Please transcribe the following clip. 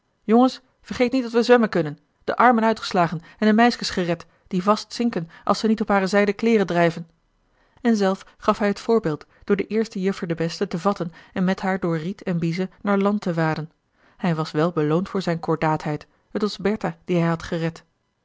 jongens vergeet niet dat we zwemmen kunnen de armen uitgeslagen en de meiskens gered die vast zinken als ze niet op hare zijden kleêren drijven en zelf gaf hij het voorbeeld door de eerste juffer de beste te vatten en met haar door riet en bieze naar land te waden hij was wel beloond voor zijne kordaatheid het was bertha die hij had gered